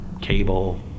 cable